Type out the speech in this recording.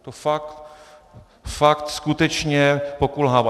To fakt skutečně pokulhává.